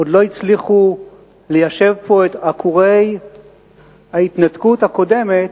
עוד לא הצליחו ליישב פה את עקורי ההתנתקות הקודמת,